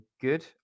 good